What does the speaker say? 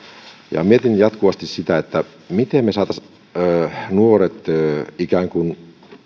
ja mietin jatkuvasti sitä miten me saisimme nuoret ikään kuin